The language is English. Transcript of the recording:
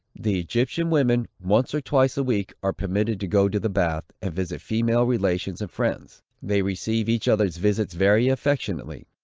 the egyptian women, once or twice a week, are permitted to go to the bath, and visit female relations and friends. they receive each other's visits very affectionately.